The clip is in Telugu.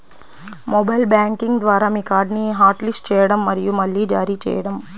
మొబైల్ బ్యాంకింగ్ ద్వారా మీ కార్డ్ని హాట్లిస్ట్ చేయండి మరియు మళ్లీ జారీ చేయండి